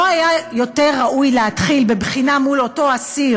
לא היה יותר ראוי להתחיל בבחינה מול אותו אסיר,